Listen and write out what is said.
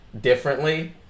differently